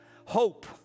Hope